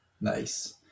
Nice